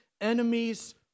enemies